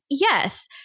yes